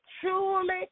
truly